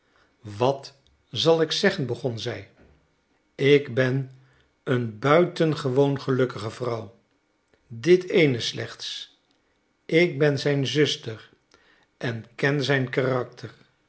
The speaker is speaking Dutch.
wat zal ik zeggen begon zij ik ben een buitengewoon gelukkige vrouw dit ééne slechts ik ben zijn zuster en ken zijn karakter